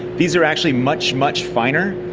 these are actually much, much finer,